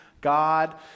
God